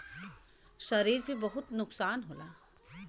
शरीर पे बहुत नुकसान होला